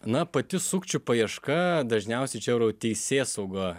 na pati sukčių paieška dažniausiai čia teisėsauga